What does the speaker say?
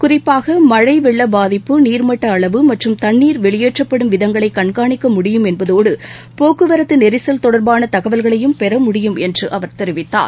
குறிப்பாக மழைவெள்ளபாதிப்பு நீர்மட்டஅளவு மற்றும் தண்ணீர் வெளியேற்றப்படும் விதங்களைகண்காணிக்க முடியும் என்பதோடு போக்குவரத்துநெரிசல் தொடர்பானதகவல்களையும் பெற முடியும் என்றுஅவர் தெரிவித்தார்